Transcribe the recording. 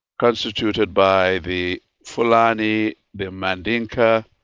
constituted by the fulani, the mandinka,